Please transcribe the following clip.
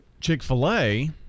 Chick-fil-A